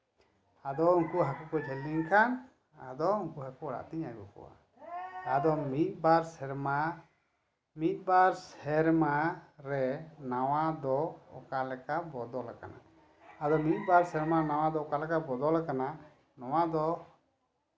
ᱟᱫᱚ ᱩᱱᱠᱩ ᱦᱟᱹᱠᱩ ᱠᱚ ᱡᱷᱟᱹᱞᱤ ᱞᱮᱱᱠᱷᱟᱱ ᱟᱫᱚ ᱩᱱᱠᱩ ᱦᱟᱹᱠᱩ ᱚᱲᱟᱜ ᱛᱤᱧ ᱟᱹᱜᱩ ᱠᱚᱣᱟ ᱟᱫᱚ ᱢᱤᱫᱼᱵᱟᱨ ᱥᱮᱨᱢᱟ ᱢᱤᱫᱼᱵᱟᱨ ᱥᱮᱨᱢᱟ ᱨᱮ ᱱᱚᱶᱟ ᱫᱚ ᱚᱠᱟᱞᱮᱠᱟ ᱵᱚᱫᱚᱞᱟᱠᱟᱱᱟ ᱟᱫᱚ ᱢᱤᱫᱼᱵᱟᱨ ᱥᱮᱨᱢᱟ ᱫᱚ ᱱᱚᱶᱟ ᱫᱚ ᱚᱠᱟᱞᱮᱠᱟ ᱵᱚᱫᱚᱞᱟᱠᱟᱱᱟ ᱱᱚᱶᱟ ᱫᱚ